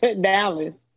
Dallas